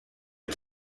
est